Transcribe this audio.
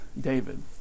David